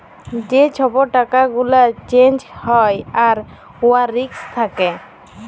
যে ছব টাকা গুলা চ্যাঞ্জ হ্যয় আর উয়ার রিস্ক থ্যাকে